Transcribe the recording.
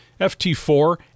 FT4